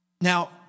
Now